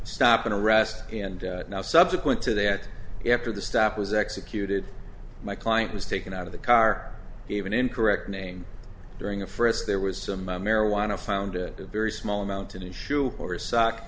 stop an arrest and now subsequent to that after the stop was executed my client was taken out of the car gave an incorrect name during a frist there was some marijuana found a very small amount in his shoe or sock